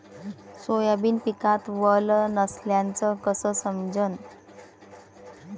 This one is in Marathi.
सोयाबीन पिकात वल नसल्याचं कस समजन?